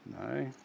No